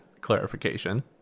clarification